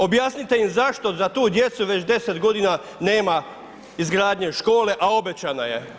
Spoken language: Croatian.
Objasnite im zašto za tu djecu već 10 g. nema izgradnje škole a obećana je.